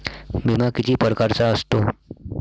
बिमा किती परकारचा असतो?